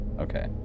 Okay